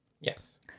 Yes